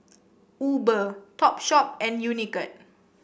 Uber Topshop and Unicurd